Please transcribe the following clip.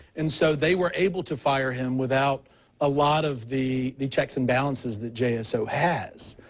and so they were able to fire him without a lot of the the checks and balances that jx ah so has.